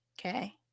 Okay